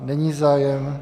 Není zájem.